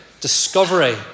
discovery